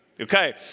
Okay